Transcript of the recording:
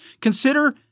Consider